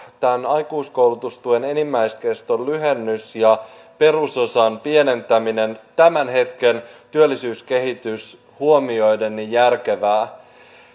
tämän aikuiskoulutustuen enimmäiskeston lyhennys ja perusosan pienentäminen tämän hetken työllisyyskehitys huomioiden järkevää